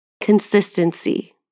Consistency